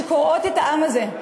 שקורעות את העם הזה.